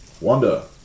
Wanda